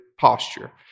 posture